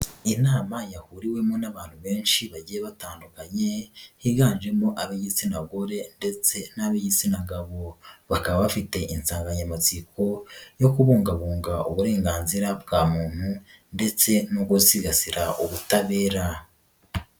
Inama yahuriwemo n'abantu benshi bagiye batandukanye higanjemo ab'igitsina gore ndetse n'ab'igitsina gabo, bakaba bafite insanganyamatsiko yo kubungabunga uburenganzira bwa muntu ndetse no gusigasira ubutabera.